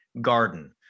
garden